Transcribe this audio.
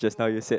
just now you said